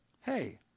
Hey